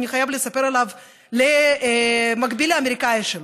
אני חייב לספר עליו למקביל האמריקני שלי.